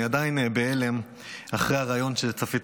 אני עדיין בהלם אחרי הריאיון שצפיתי